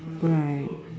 right